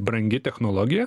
brangi technologija